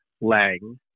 Lang